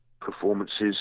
performances